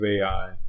AI